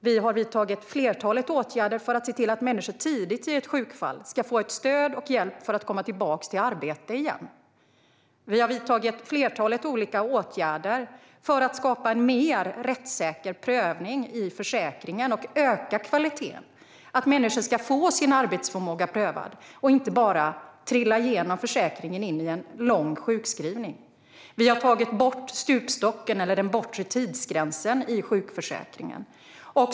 Vi har vidtagit flertalet åtgärder för att se till att människor tidigt vid ett sjukfall ska få stöd och hjälp för att komma tillbaka till arbete igen. Vi har vidtagit flertalet olika åtgärder för att öka kvaliteten och skapa en mer rättssäker prövning i försäkringen. Människor ska få sin arbetsförmåga prövad och inte bara trilla igenom försäkringen in i en lång sjukskrivning. Vi har tagit bort stupstocken eller den bortre tidsgränsen i sjukförsäkringen.